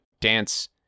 dance –